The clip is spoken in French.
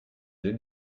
deux